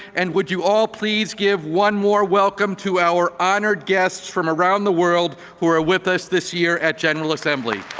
and would you also please give one more welcome to our honored guests from around the world who are ah with us this year at general assembly?